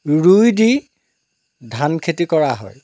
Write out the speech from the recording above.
ৰুই দি ধান খেতি কৰা হয়